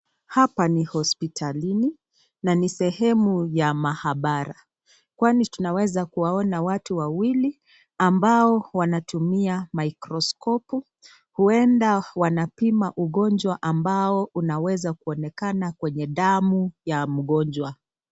Hapa ni hospitalini na ni sehemu ya mahabara. Kwani tunaweza kuwaona watu wawili ambao wanatumia microscope huenda wanapima ugonjwa ambao unaweza kuonekana kwenye damu ya mgonjwa.